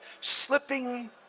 slipping